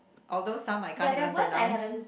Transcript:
although some I can't even pronounce